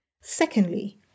Secondly